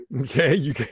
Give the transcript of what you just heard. Okay